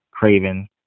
Craven